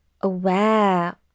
aware